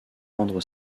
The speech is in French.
rendre